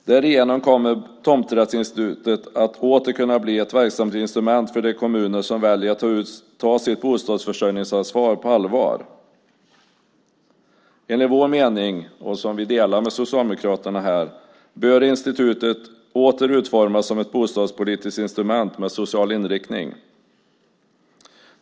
Därigenom kommer tomträttsinstitutet att åter kunna bli ett verksamt instrument för de kommuner som väljer att ta sitt bostadsförsörjningsansvar på allvar. Enligt vår mening, som vi delar med Socialdemokraterna här, bör institutet åter utformas som ett bostadspolitiskt instrument med social inriktning.